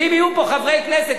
ואם יהיו פה חברי כנסת,